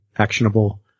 actionable